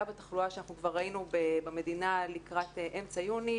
בתחלואה שאנחנו כבר ראינו במדינה לקראת אמצע יוני,